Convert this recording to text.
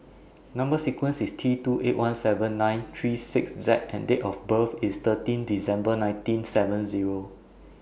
Number sequence IS T two eight one seven nine three six Z and Date of birth IS thirteen December nineteen seven Zero